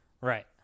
Right